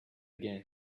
again